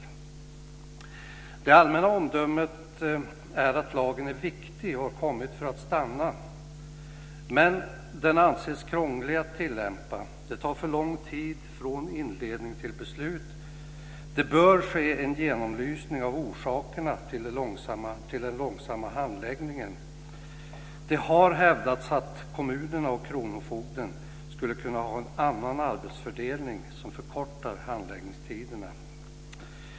Det allmänna omdömet är att lagen är viktig och har kommit för att stanna, men den anses krånglig att tillämpa. Det tar för lång tid från inledning till beslut. Det bör ske en genomlysning av orsakerna till den långsamma handläggningen. Det har hävdats att kommunerna och kronofogden skulle kunna ha en annan arbetsfördelning som förkortar handläggningstiderna.